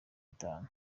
itanu